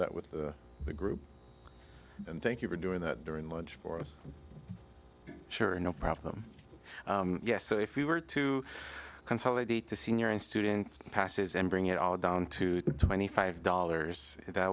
that with the group and thank you for doing that during lunch for us sure no problem yes if we were to consolidate the senior and student passes and bring it all down to twenty five dollars